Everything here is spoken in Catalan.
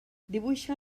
dibuixa